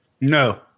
No